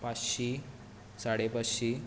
पांचशी साडे पांचशी